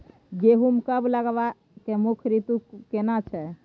गेहूं कब लगाबै के मुख्य रीतु केना छै?